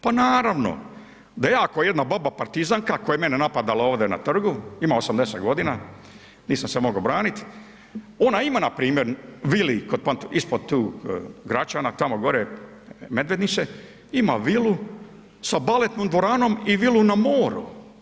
Pa naravno, da iako jedna baba partizanka koja je mene napadala ovdje na trgu ima 80 godina nisam se mogao braniti, ona ima npr. vilu ispod Gračana tamo gore Medvednice, ima vilu sa baletnom dvoranom i vilu na moru.